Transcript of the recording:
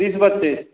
तीस बत्तीस